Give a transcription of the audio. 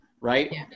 Right